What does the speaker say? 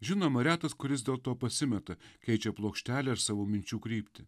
žinoma retas kuris dėl to pasimeta keičia plokštelę ar savo minčių kryptį